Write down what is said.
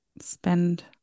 spend